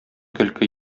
көлке